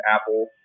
Apple